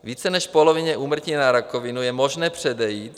Více než polovině úmrtí na rakovinu je možné předejít.